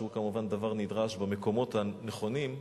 שהוא כמובן דבר נדרש במקומות הנכונים,